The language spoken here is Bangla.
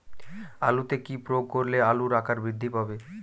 আলুতে কি প্রয়োগ করলে আলুর আকার বৃদ্ধি পাবে?